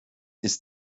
ist